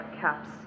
caps